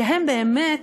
שהם באמת